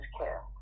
care